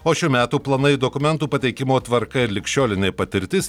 o šių metų planai dokumentų pateikimo tvarka ir ligšiolinė patirtis